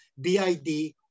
BID